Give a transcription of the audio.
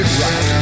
right